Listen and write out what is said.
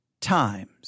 times